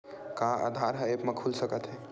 का आधार ह ऐप म खुल सकत हे?